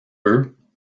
eux